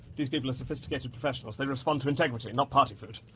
these people are sophisticated professionals. they respond to integrity, not party food.